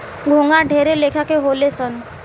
घोंघा ढेरे लेखा के होले सन